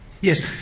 Yes